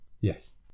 Yes